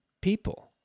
people